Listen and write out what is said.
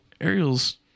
ariel's